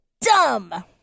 dumb